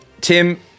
Tim